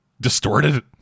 distorted